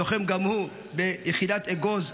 לוחם גם הוא ביחידת אגוז,